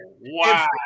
wow